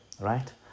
right